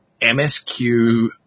MSQ